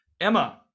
Emma